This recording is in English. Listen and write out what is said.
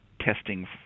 testing